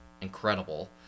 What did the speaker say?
incredible